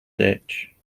ditch